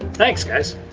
thanks guys.